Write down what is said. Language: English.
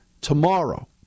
tomorrow